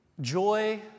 joy